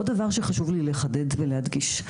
עוד דבר שחשוב לי לחדד ולהדגיש,